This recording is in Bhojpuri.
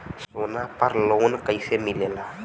सोना पर लो न कइसे मिलेला?